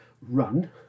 run